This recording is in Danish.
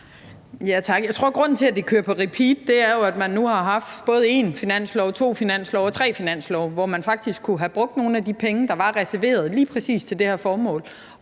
grunden til, at det kører på repeat, jo er, at man nu har haft både én finanslov, to finanslove og tre finanslove, hvor man faktisk kunne have brugt nogle af de penge, der var reserveret lige præcis til det her formål.